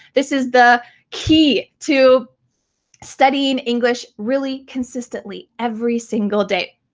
this is the key to studying english really consistently, every single day.